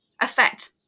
affect